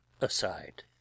aside